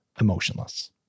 emotionless